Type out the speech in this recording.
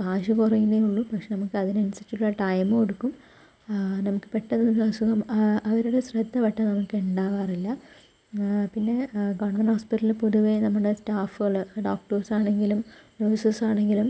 കാശ് പറയുന്നേയുള്ളൂ പക്ഷേ നമുക്ക് അതിനനുസരിച്ചിട്ടുള്ള ടൈമും എടുക്കും നമുക്ക് പെട്ടെന്ന് ഒന്നും അസുഖം അവരുടെ ശ്രദ്ധ പെട്ടെന്ന് നമുക്ക് ഇണ്ടാവാറില്ല പിന്നെ ഗവൺമെൻ്റ് ഹോസ്പിറ്റലുകളില് പൊതുവേ സ്റ്റാഫുകള് ഡോക്ടർസ് ആണെങ്കിലും നേഴ്സസ് ആണെങ്കിലും